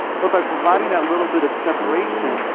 but by providing that little bit of separation,